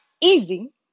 easy